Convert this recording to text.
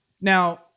Now